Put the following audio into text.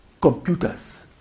computers